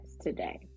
today